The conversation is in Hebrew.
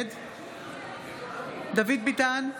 נגד דוד ביטן,